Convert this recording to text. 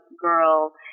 girl